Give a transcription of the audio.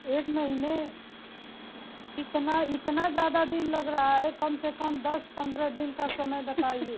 एक महीने इतना इतना ज़्यादा दिन लग रहा है कम से कम दस पंद्रह दिन का समय बताइए